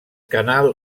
canal